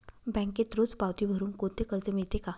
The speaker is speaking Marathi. बँकेत रोज पावती भरुन कोणते कर्ज मिळते का?